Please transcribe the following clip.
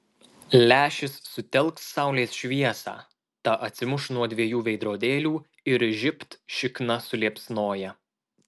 lęšis sutelks saulės šviesą ta atsimuš nuo dviejų veidrodėlių ir žibt šikna suliepsnoja